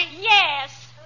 Yes